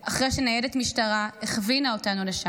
אחרי שניידת משטרה הכווינה אותנו לשם.